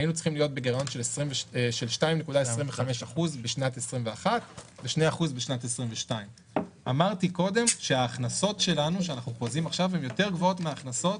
היינו צריכים להיות בגירעון של 2.25% בשנת 2021 ו-2% בשנת 2022. אמרתי קודם שההכנסות שלנו שאנחנו חוזים עכשיו הן יותר גבוהות מההכנסות